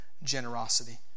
Generosity